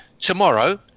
Tomorrow